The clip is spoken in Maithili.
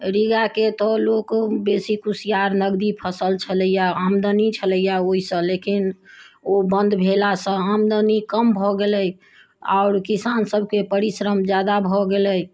रीगाके तऽ लोक बेसी कुसियार नगदी फसल छलैया आमदनी छलैया ओहि से लेकिन ओ बन्द भेलासँ आमदनी कम भऽ गेलै आओर किसान सभके परिश्रम जादा भऽ गेलै